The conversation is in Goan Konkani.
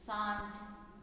सांच